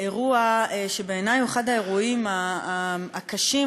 אירוע שבעיני הוא אחד האירועים הקשים,